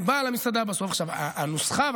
הנוסחה,